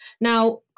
Now